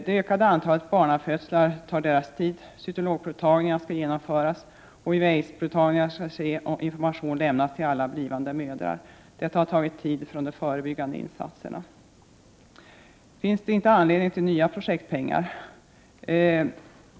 Det ökade antalet barnafödslar tar deras tid, cytologprovtagningar skall genomföras, HIV-aids-provtagningar skall ske och information skall lämnas till alla blivande mödrar. Detta har tagit tid från de förebyggande insatserna. Finns det inte anledning att anslå nya projektpengar?